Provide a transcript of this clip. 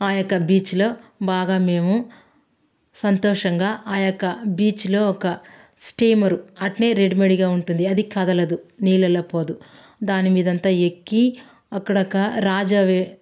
ఆ యొక్క బీచ్లో బాగా మేము సంతోషంగా ఆ యొక్క బీచ్లో ఒక స్టీమరు అట్నే రెడీమెడ్గా ఉంటుంది అది కదలదు నీళ్ళల్లో పోదు దాని మీద అంత ఎక్కి అక్కడ ఒక రాజ వే